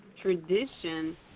tradition